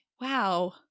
wow